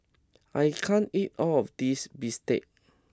I can't eat all of this Bistake